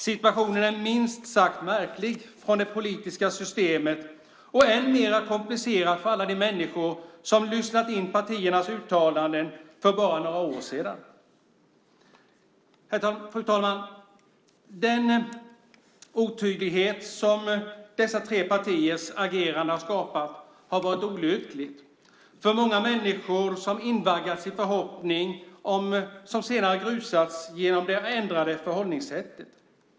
Situationen är minst sagt märklig för det politiska systemet och än mer komplicerad för alla de människor som lyssnat in partiernas uttalanden för bara några år sedan. Fru talman! Den otydlighet som dessa tre partiers agerande har skapat har varit olycklig för många människor som invaggats i en förhoppning som senare grusats genom det ändrade förhållningssättet.